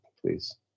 please